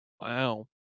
wow